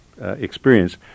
experience